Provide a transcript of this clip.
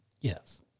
Yes